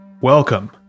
Welcome